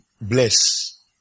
Bless